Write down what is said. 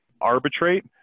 arbitrate